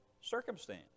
circumstance